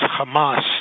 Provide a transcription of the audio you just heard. Hamas